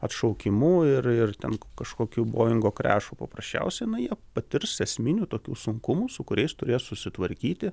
atšaukimu ir ir ten kažkokių boingo krešų paprasčiausiai na jie patirs esminių tokių sunkumų su kuriais turės susitvarkyti